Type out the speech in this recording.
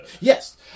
Yes